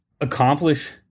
accomplish